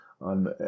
on